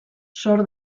sor